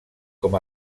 com